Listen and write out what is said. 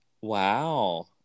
wow